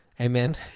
Amen